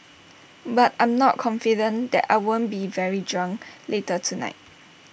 but I'm not confident that I won't be very drunk later tonight